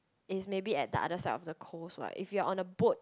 is maybe at the other side of the coast what if you are on a boat